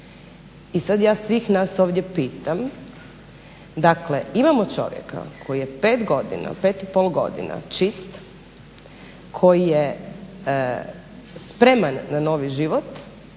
I sad ja svih nas ovdje pitam, dakle imamo čovjeka koji je 5, 5, 5 godina čist, koji je spreman na novi život,